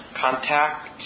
contact